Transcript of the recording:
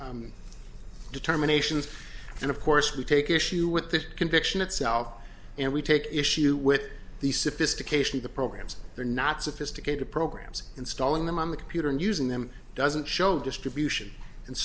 guidelines determinations and of course we take issue with the conviction itself and we take issue with the sophistication of the programs they're not sophisticated programs installing them on the computer and using them doesn't show distribution and